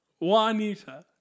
juanita